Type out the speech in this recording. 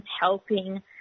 helping